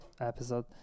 episode